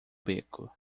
beco